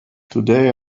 today